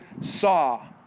saw